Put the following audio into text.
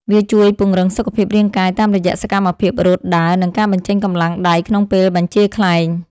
វាជួយពង្រឹងសុខភាពរាងកាយតាមរយៈសកម្មភាពរត់ ដើរ និងការបញ្ចេញកម្លាំងដៃក្នុងពេលបញ្ជាខ្លែង។